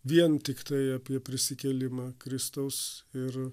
vien tiktai apie prisikėlimą kristaus ir